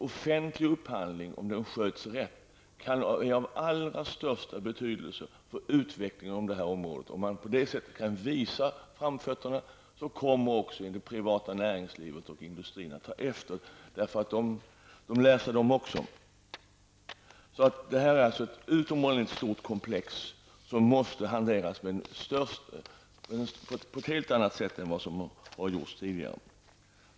Offentlig upphandling, om den sköts rätt, är av allra största betydelse för utvecklingen inom detta område. Om man på detta sätt kan visa framfötterna kommer också det privata näringslivet och industrin att ta efter. De lär sig de också. Detta är ett utomordentligt stort komplex som måste hanteras på ett helt annat sätt än vad som gjorts tidigare.